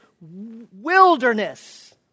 wilderness